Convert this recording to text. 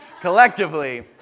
collectively